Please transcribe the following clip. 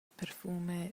perfume